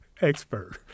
expert